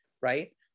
right